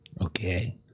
Okay